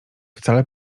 wcale